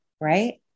right